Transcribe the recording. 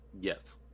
Yes